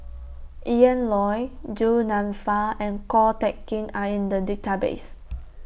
Ian Loy Du Nanfa and Ko Teck Kin Are in The Database